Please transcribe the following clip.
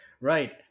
Right